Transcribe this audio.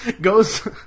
goes